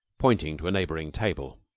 pointing to a neighboring table.